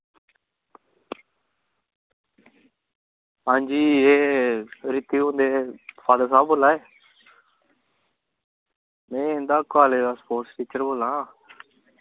हां जी एह् रितिक हुंदे फॉदर साह्व बोला दे में इंदा कालेज दा स्पोटस टीचर बोला नां